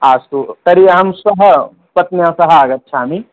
अस्तु तर्हि अहं श्वः पत्न्या सह आगच्छामि